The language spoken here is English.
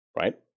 right